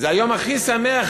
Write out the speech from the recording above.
זה היום הכי שמח,